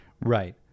Right